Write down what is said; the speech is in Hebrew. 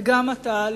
וגם אתה,